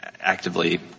actively